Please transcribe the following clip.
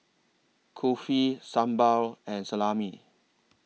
Kulfi Sambar and Salami